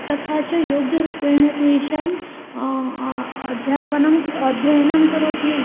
तथा च योग्यरूपेण तेषाम् अध्यापनम् अध्ययनं करोति य